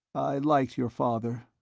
i liked your father.